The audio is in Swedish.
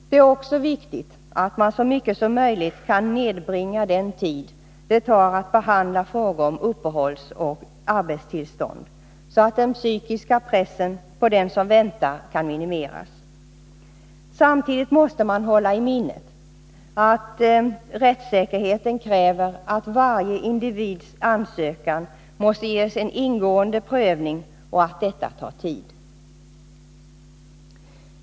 Det är också viktigt att man så mycket som möjligt kan nedbringa den tid det tar att behandla frågor om uppehållsoch arbetstillstånd, så att den psykiska pressen på den som väntar minimeras. Samtidigt måste man hålla i minnet att rättssäkerheten kräver att varje individs ansökan ges en ingående prövning och att detta tar tid.